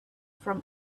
from